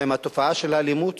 עם תופעת האלימות